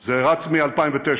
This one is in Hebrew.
זה רץ מ-2009,